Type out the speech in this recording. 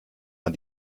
man